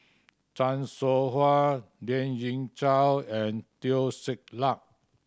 Chan Soh Ha Lien Ying Chow and Teo Ser Luck